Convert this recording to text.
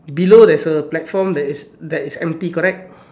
below there is a platform that is that is empty correct